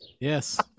Yes